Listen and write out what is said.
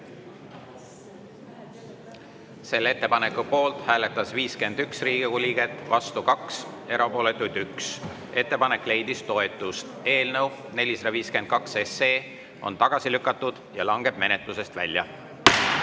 Selle ettepaneku poolt hääletas 51 Riigikogu liiget, vastu 2, erapooletuid oli 1. Ettepanek leidis toetust. Eelnõu 452 on tagasi lükatud ja langeb menetlusest välja. Head